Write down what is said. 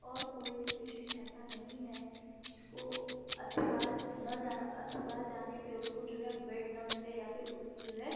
اور کوئی بھی پیشنٹ ایسا نہیں ہے جس کو اسپتال نہ جا اسپتال جانے پہ اس کو جو ہے بیڈ نہ ملے یا پھر اس کی جو ہے